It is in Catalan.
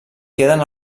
queden